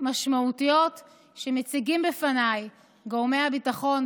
משמעותיות שמציגים בפניי גורמי הביטחון,